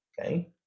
okay